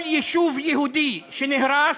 כל יישוב יהודי שנהרס,